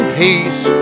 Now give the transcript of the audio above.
peace